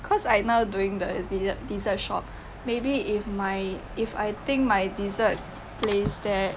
cause I now doing the dessert shop maybe if my if I think my dessert place there